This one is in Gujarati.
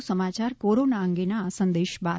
વધુ સમાચાર કોરોના અંગેના આ સંદેશ બાદ